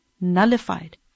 nullified